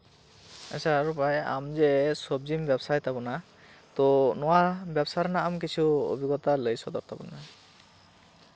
ᱟᱪᱪᱷᱟ ᱨᱩᱯᱟᱭ ᱟᱢ ᱡᱮ ᱥᱚᱵᱡᱤᱢ ᱵᱮᱵᱥᱟᱭ ᱛᱟᱵᱚᱱᱟ ᱛᱚ ᱱᱚᱣᱟ ᱵᱮᱵᱥᱟ ᱨᱮᱱᱟᱜ ᱟᱢ ᱠᱤᱪᱷᱩ ᱚᱵᱷᱤᱜᱽᱜᱚᱛᱟ ᱞᱟᱹᱭ ᱥᱚᱫᱚᱨ ᱛᱟᱵᱚᱱ ᱢᱮ